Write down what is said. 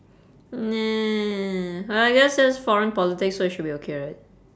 well I guess that's foreign politics so it should be okay right